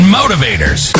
motivators